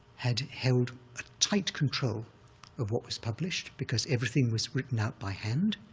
had held a tight control of what was published because everything was written out by hand,